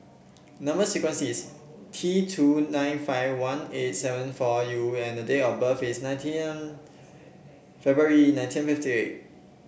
number sequence is T two nine five one eight seven four U and the date of birth is nineteen February nineteen fifty eight